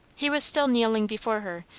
he was still kneeling before her,